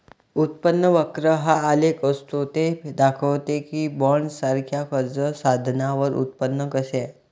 उत्पन्न वक्र हा आलेख असतो ते दाखवते की बॉण्ड्ससारख्या कर्ज साधनांवर उत्पन्न कसे आहे